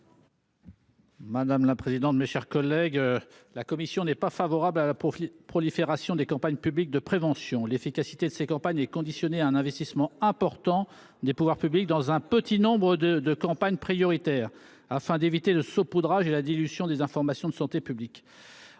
de la commission ? La commission n’est pas favorable à la prolifération des campagnes publiques de prévention. Pour ma part, je considère que l’efficacité de ces campagnes est conditionnée à un investissement important des pouvoirs publics dans un petit nombre de campagnes prioritaires, afin d’éviter le saupoudrage et la dilution des informations de santé publique.